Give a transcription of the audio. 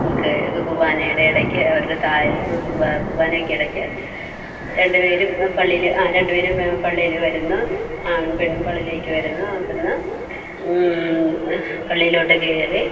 ക്ക് കുർബ്ബാനയുടെ ഇടക്ക് അവരുടെ താലി കുർബ്ബാ കുർബ്ബാനക്കിടക്ക് രണ്ടു പേരും പള്ളിയിൽ ആ രണ്ടുപേരും പള്ളിയിൽ വരുന്ന ആണും പെണ്ണും പള്ളിയിലേക്കു വരുന്നു അവിടെ നിന്ന് പള്ളിയിലോട്ടു കയറി